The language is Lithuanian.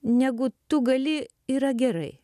negu tu gali yra gerai